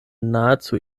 nahezu